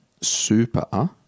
super